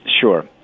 Sure